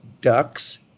ducks